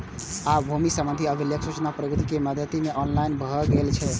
आब भूमि संबंधी अभिलेख सूचना प्रौद्योगिकी के मदति सं ऑनलाइन भए गेल छै